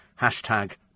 Hashtag